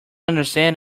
understand